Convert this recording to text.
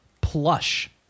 Plush